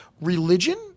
Religion